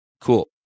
Cool